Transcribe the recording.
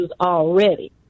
already